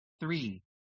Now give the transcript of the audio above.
Three